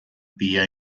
pia